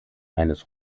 eines